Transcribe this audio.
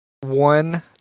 one